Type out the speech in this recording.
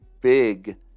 big